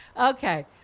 Okay